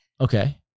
Okay